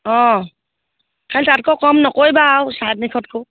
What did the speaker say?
অঁ খালি তাতকৈ কম নকৰিবা আৰু চাৰে তিনিশতকৈ